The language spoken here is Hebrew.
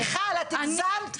מיכל, הגזמת